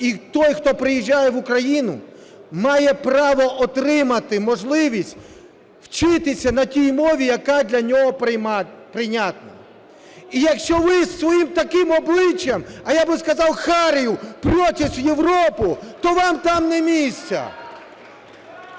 і той, хто приїжджає в Україну, має право отримати можливість вчитися на тій мові, яка для нього прийнятна. І якщо ви зі своїм таким обличчям, а я би сказав, "харею", претесь в Європу, то вам там не місце.